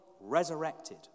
resurrected